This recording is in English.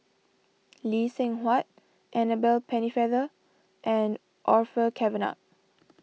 Lee Seng Huat Annabel Pennefather and Orfeur Cavenagh